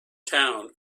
town